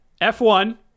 F1